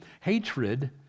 hatred